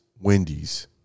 Wendy's